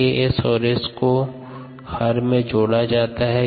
Ks और S को हर में जोड़ा जाता है